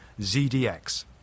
ZDX